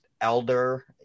elder